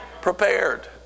Prepared